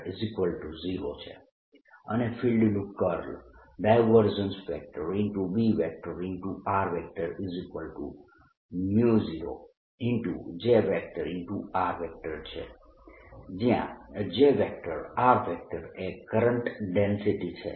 B0 છે અને ફિલ્ડનું કર્લ B0 J છે જ્યાં J એ કરંટ ડેન્સિટી છે